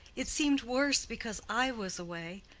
it seemed worse because i was away.